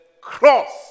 cross